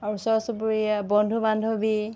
আৰু ওচৰ চুবুৰীয়া বন্ধু বান্ধৱী